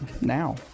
now